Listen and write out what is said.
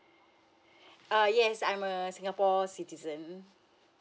err yes I'm a singapore citizen